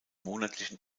monatlichen